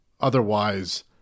otherwise